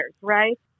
right